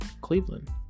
Cleveland